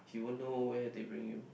you won't know where they bring you